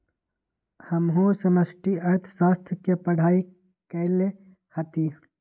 हमहु समष्टि अर्थशास्त्र के पढ़ाई कएले हति